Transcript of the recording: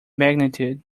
magnitude